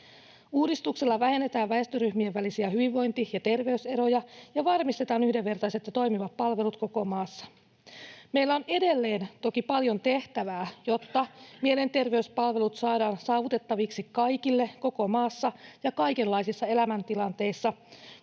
Uudistuksella vähennetään väestöryhmien välisiä hyvinvointi- ja terveyseroja ja varmistetaan yhdenvertaiset ja toimivat palvelut koko maassa. Meillä on edelleen toki paljon tehtävää, jotta mielenterveyspalvelut saadaan saavutettaviksi kaikille koko maassa ja kaikenlaisissa elämäntilanteissa,